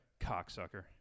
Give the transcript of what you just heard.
cocksucker